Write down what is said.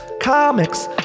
comics